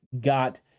got